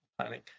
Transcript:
planning